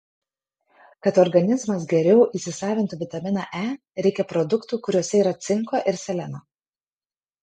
kad organizmas geriau įsisavintų vitaminą e reikia produktų kuriuose yra cinko ir seleno